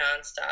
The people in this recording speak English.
nonstop